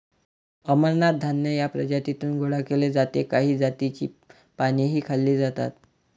अमरनाथ धान्य या प्रजातीतून गोळा केले जाते काही जातींची पानेही खाल्ली जातात